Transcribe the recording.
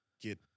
get